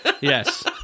yes